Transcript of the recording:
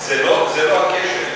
זה לא הקשר,